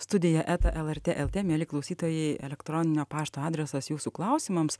studija eta elertė eltė mieli klausytojai elektroninio pašto adresas jūsų klausimams